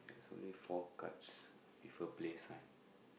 it's only four cards with a play sign